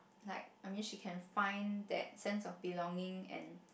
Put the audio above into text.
like I mean she can find that sense of belonging and